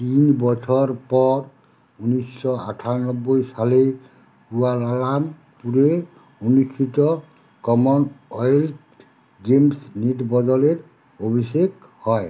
তিন বছর পর ঊনিশশো আটানব্বই সালে কুয়ালালামপুরে অনুষ্ঠিত কমনওয়েলথ গেমস নেটবলের অভিষেক হয়